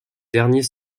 derniers